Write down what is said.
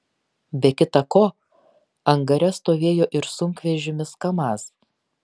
be kita ko angare stovėjo ir sunkvežimis kamaz